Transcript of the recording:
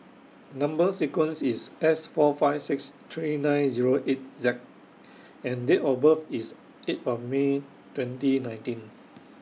Number sequence IS S four five six three nine Zero eight Z and Date of birth IS eight of May twenty nineteen